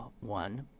one